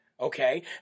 okay